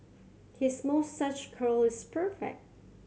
his moustache curl is perfect